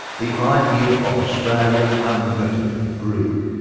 the idea of australia unlimited grew.